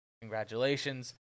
Congratulations